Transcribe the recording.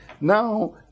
Now